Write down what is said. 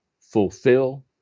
fulfill